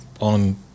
on